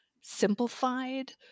simplified